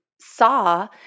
saw